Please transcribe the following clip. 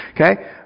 okay